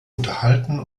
unterhalten